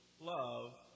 love